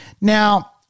Now